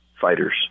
fighters